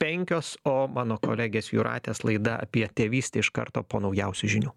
penkios o mano kolegės jūratės laida apie tėvystę iš karto po naujausių žinių